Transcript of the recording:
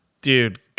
dude